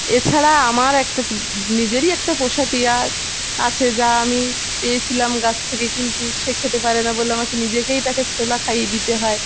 এছাড়া আমার একটা নিজেরই একটা পোশা টিয়া আছে যা আমি পেয়েছিলাম গাছ থেকে কিন্তু সে খেতে পারে না বলে আমাকে নিজেকেই তাকে ছোলা খাইয়ে দিতে হয়